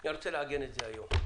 אני רוצה לעגן את זה היום.